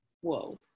whoa